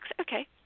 Okay